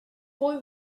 boy